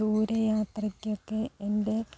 ദൂര യാത്രയ്ക്ക് ഒക്കെ എൻ്റെ